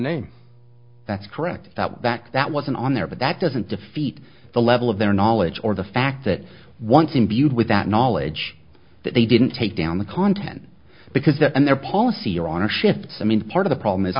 name that's correct that back that wasn't on there but that doesn't defeat the level of their knowledge or the fact that one thing viewed with that knowledge that they didn't take down the content because that and their policy on a shift i mean part of the problem is